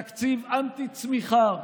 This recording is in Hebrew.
תקציב אנטי-צמיחה,